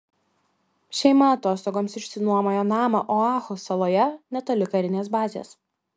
šeima atostogoms išsinuomojo namą oahu saloje netoli karinės bazės